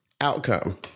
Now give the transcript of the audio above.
outcome